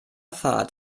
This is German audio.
pfad